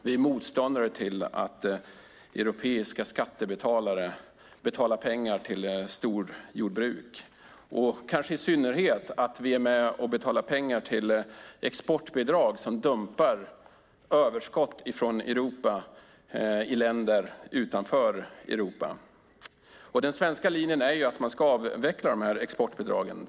Vi är motståndare till att europeiska skattebetalare betalar pengar till storjordbruk, kanske i synnerhet motståndare till att vi är med och betalar pengar till exportbidrag som gör att vi dumpar överskott från Europa i länder utanför Europa. Den svenska linjen är att man ska avveckla exportbidragen.